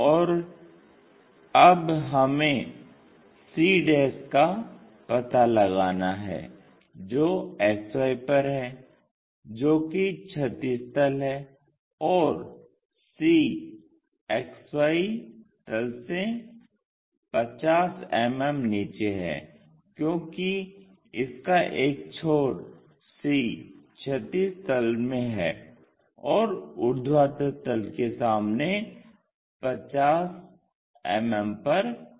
और अब हमें c का पता लगाना है जो XY पर है जो कि क्षैतिज तल है और c XY तल से 50 मिमी नीचे है क्योंकि इसका एक छोर c क्षैतिज तल में है और ऊर्ध्वाधर तल के सामने 50मिमी पर है